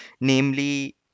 namely